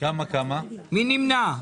מי נמנע?